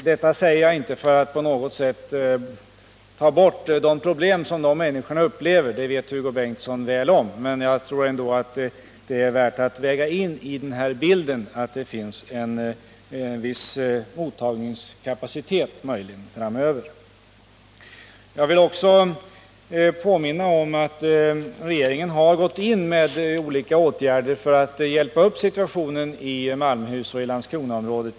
Det här säger jag inte för att på något sätt försöka förringa de problem dessa människor upplever, det vet Hugo Bengtsson mycket väl, men jag tror det är värt att räkna med att det kanske finns en viss mottagningskapacitet framöver. Jag vill också påminna om att regeringen har gått in med olika åtgärder för att hjälpa upp situationen i Malmöhus län och därmed i Landskronaområdet.